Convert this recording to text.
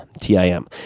t-i-m